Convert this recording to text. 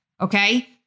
okay